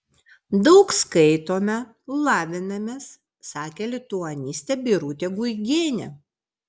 daug skaitome lavinamės sakė lituanistė birutė guigienė